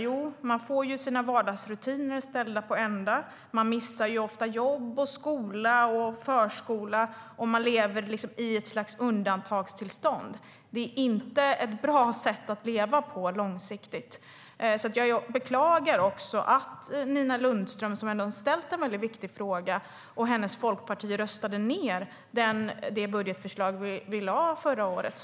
Jo, man får sina vardagsrutiner ställda på ända. Man missar ofta jobb, skola och förskola, och man lever i ett slags undantagstillstånd. Det är inte ett bra sätt att leva på långsiktigt. Jag beklagar därför att Nina Lundström, som ändå har ställt en väldigt viktig fråga, och Folkpartiet röstade ned det budgetförslag vi lade fram förra året.